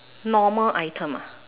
normal item ah